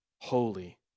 holy